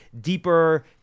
deeper